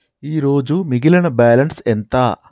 ఈరోజు మిగిలిన బ్యాలెన్స్ ఎంత?